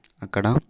అక్కడ